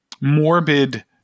morbid